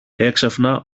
έξαφνα